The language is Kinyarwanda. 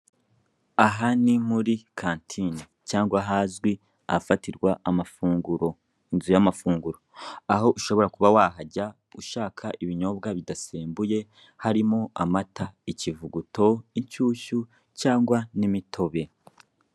Aha ni muri kantine cyangwa ahazwi ahafatirwa amafunguro, inzu y'amafunguro. Aho ushobora kuba wahajya ushaka ibinyobwa bidasembuye harimo amata, ikivuguto, inshyusyu cyangwa n'imitobe.